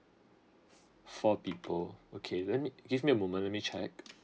four people okay let me give me a moment let me check